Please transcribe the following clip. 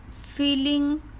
feeling